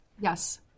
Yes